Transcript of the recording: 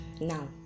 Now